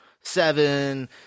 seven